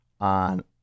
on